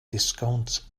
disgownt